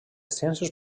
ciències